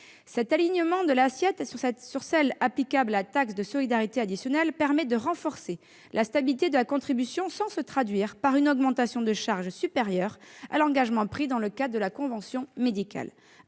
Cet alignement de l'assiette sur celle qui est applicable à la taxe de solidarité additionnelle permet de renforcer la stabilité de la contribution sans que cela se traduise par une augmentation de charge supérieure à l'engagement pris dans le cadre de la convention médicale.